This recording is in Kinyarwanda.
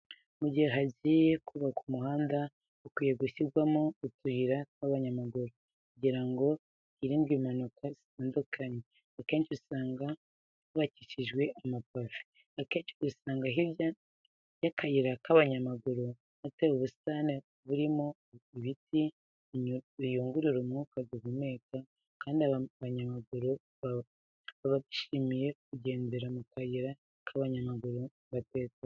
Mu jyihe hajyiye kubakwa umuhanda hakwiye gushyirwaho utuyira tw'abanyamaguru kujyira ngo hirindwe impanuka zitandukanye akenci usanga twubacyishije amapave . Akenci dusanga hirya y'akayira k'abanyamaguru hateye ubusitani burimo ibiti biyungurura umwuka duhumeka kandi abanyamaguru baba bishimiye kujyendera mu kayira k'abanyamaguru batekanye.